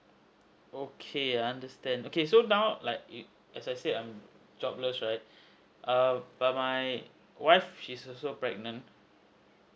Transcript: okay I understand okay so now like as I said I'm jobless right err but my wife she's also pregnant